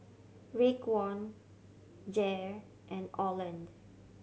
Raekwon Jair and Orland